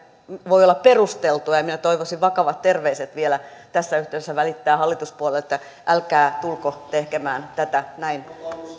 voi olla perusteltua ja ja minä toivoisin vakavat terveiset vielä tässä yhteydessä saada välittää hallituspuolueille älkää tulko tekemään tätä